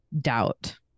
doubt